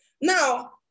Now